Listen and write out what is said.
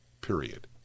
period